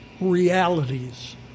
realities